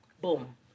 Boom